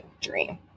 dream